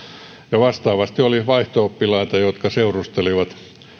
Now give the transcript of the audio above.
vastaavasti oli vaihto oppilaita jotka seurustelivat